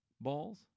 balls